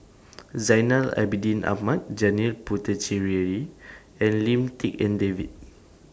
Zainal Abidin Ahmad Janil Puthucheary and Lim Tik En David